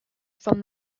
from